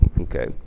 okay